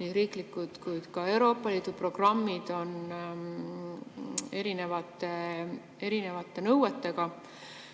nii riiklikud kui ka Euroopa Liidu programmid, on erinevate nõuetega.